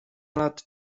lat